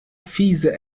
fiese